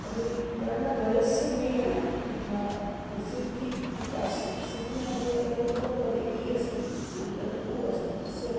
तर्हि वर्णद्वयस्य मेलनं यथा सुधि उपास्य सुधिमध्ये यत् पूर्वपदे इ अस्ति अनन्तरम् उ अस्ति तस्य